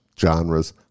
genres